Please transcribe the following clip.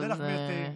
אני מודה לך, גברתי.